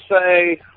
say